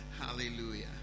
Hallelujah